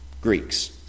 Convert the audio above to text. Greeks